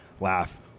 laugh